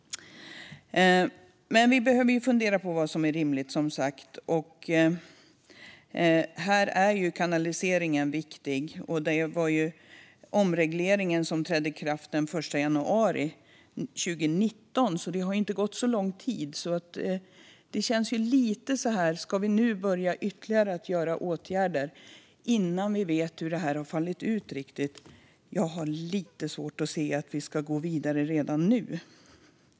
Vi behöver som sagt fundera på vad som är rimligt, och där är kanaliseringen viktig. Omregleringen trädde i kraft den 1 januari 2019, så det har inte gått så lång tid. Ska vi göra ytterligare åtgärder nu innan vi vet hur det har fallit ut? Jag har lite svårt att se att vi ska gå vidare redan nu.